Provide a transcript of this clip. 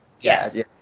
yes